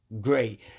Great